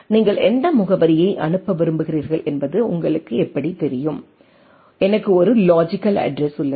நீங்கள் எந்த முகவரியை அனுப்ப விரும்புகிறீர்கள் என்பது உங்களுக்கு எப்படித் தெரியும் எனக்கு ஒரு லாஜிக்கல் அட்ரஸ் உள்ளது